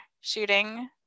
shooting